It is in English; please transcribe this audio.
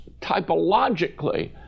typologically